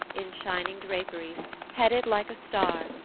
in shining draperies, headed like a star,